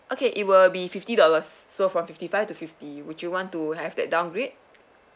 okay it will be fifty dollars so from fifty five to fifty would you want to have that downgrade